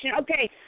Okay